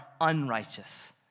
unrighteous